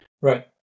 right